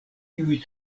kiuj